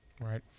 right